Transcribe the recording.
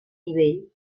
nivell